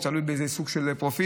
אם זה תלוי באיזשהו סוג של פרופיל.